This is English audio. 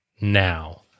now